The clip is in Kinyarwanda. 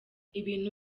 ibintu